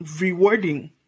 rewarding